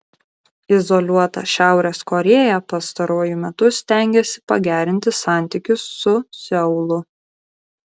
izoliuota šiaurės korėja pastaruoju metu stengiasi pagerinti santykius su seulu